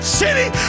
city